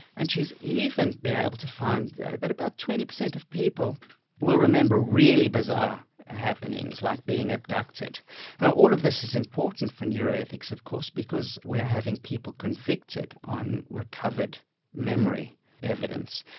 and she's even been able to find that about twenty percent of people will remember really bizarre happenings, like being abducted. now all of this is important for neuroethics of course, because we are having people convicted on recovered memory evidence,